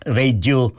radio